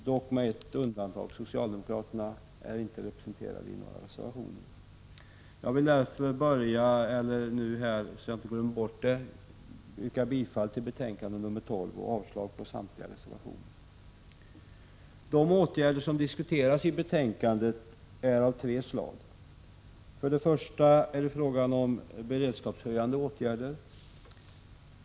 Det finns dock ett undantag: socialdemokraterna är inte representerade i någon reservation. Herr talman! Jag vill yrka bifall till utskottets hemställan och avslag på samtliga reservationer. De åtgärder som diskuteras i betänkandet är av tre slag. Det är för det första beredskapshöjande åtgärder.